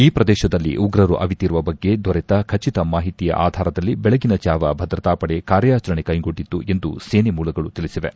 ಈ ಪ್ರದೇಶದಲ್ಲಿ ಉಗ್ರರು ಅವಿತಿರುವ ಬಗ್ಗೆ ದೊರೆತ ಖಚಿತ ಮಾಹಿತಿಯ ಆಧಾರದಲ್ಲಿ ಬೆಳಗಿನ ಜಾವ ಭದ್ರತಾ ಪಡೆ ಕಾರ್ಯಾಚರಣೆ ಕೈಗೊಂಡಿತ್ತು ಎಂದು ಸೇನೆ ಮೂಲಗಳು ತಿಳಿಸಿವೆ